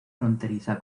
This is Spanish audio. fronteriza